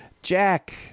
Jack